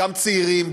גם צעירים,